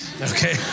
Okay